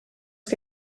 que